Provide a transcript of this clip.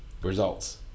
results